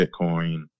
Bitcoin